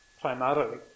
primarily